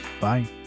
Bye